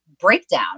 breakdown